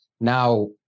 Now